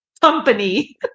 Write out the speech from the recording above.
company